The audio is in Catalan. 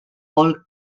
paul